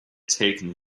taken